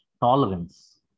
tolerance